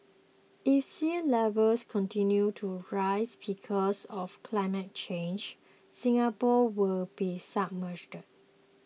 if sea levels continue to rise because of climate change Singapore could be submerged